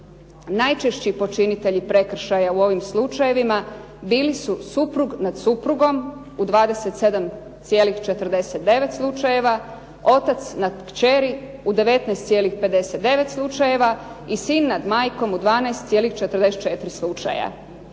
Najčešći počinitelji prekršaja u ovim slučajevima bili su suprug nad suprugom u 27,49 slučajeva, otac nad kćeri u 19,59 slučajeva i sin nad majkom u 12,44 slučaja.